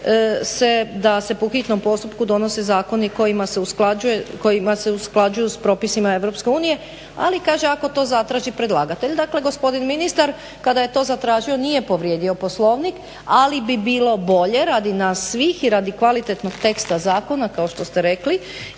da se po hitnom postupku donose zakoni kojima se usklađuju s propisima Europske unije, ali kaže ako to zatraži predlagatelj. Dakle gospodin ministar kada je to zatražio nije povrijedio Poslovnik, ali bi bilo bolje radi nas svih i radi kvalitetnog teksta zakona kao što ste rekli